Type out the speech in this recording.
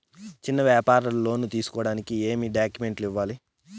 చిన్న వ్యాపారులు లోను తీసుకోడానికి ఏమేమి డాక్యుమెంట్లు ఇవ్వాలి?